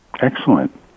Excellent